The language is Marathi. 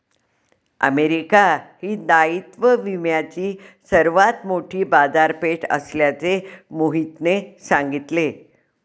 अमेरिका ही दायित्व विम्याची सर्वात मोठी बाजारपेठ असल्याचे मोहितने सांगितले